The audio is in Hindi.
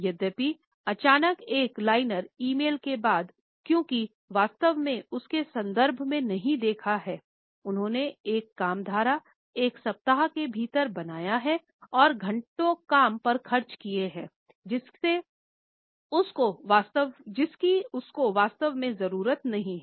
यद्यपि अचानक एक लाइनर ईमेल के बाद क्योंकि वास्तव में उसके संदर्भ में नहीं देखा हैं उन्होंने एक काम धारा एक सप्ताह के भीतर बनाया है और घंटे काम पर खर्च किये हैं जिसकी उस को वास्तव में जरूरत नहीं है